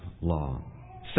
law